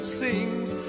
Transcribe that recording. sings